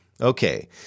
Okay